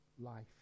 life